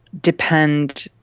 depend